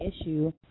issue